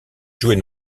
jouer